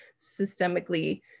systemically